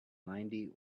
ninety